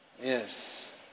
Yes